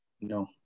No